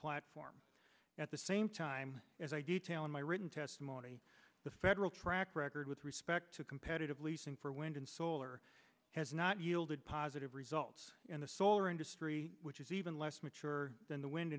platform at the same time as i detail in my written testimony the federal track record with respect to competitive leasing for wind and solar has not yielded positive results in the solar industry which is even less mature than the wind